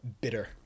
bitter